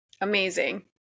Amazing